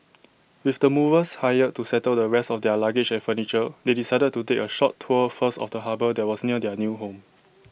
with the movers hired to settle the rest of their luggage and furniture they decided to take A short tour first of the harbour that was near their new home